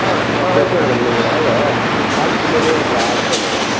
ஆ ஆ okay madam நீங்கள் வாங்க ஷாப் பின்னாடியே இருக்குது ஹாஸ்டலு